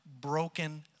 broken